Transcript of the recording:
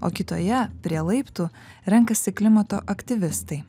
o kitoje prie laiptų renkasi klimato aktyvistai